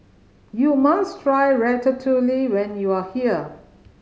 you must try Ratatouille when you are here